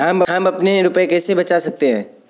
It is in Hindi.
हम अपने रुपये कैसे बचा सकते हैं?